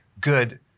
good